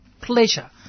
pleasure